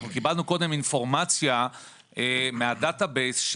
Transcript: אנחנו קיבלנו קודם אינפורמציה מהדאטה בייס,